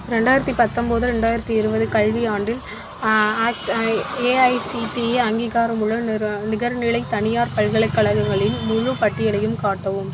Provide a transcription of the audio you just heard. ரெண்டாயிரத்தி பத்தம்போது ரெண்டாயிரத்து இருபது கல்வியாண்டில் அட் ஏஐசிடிஇ அங்கீகாரமுள்ள நிர நிகர்நிலை தனியார் பல்கலைக்கழகங்களின் முழு பட்டியலையும் காட்டவும்